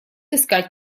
искать